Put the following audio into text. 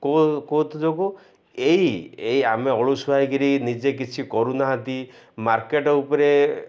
ଯୋଗୁଁ ଏଇ ଏଇ ଆମେ ଅଳସୁଆ ହେଇକିରି ନିଜେ କିଛି କରୁନାହାନ୍ତି ମାର୍କେଟ୍ ଉପରେ